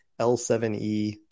L7E